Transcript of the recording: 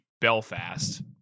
Belfast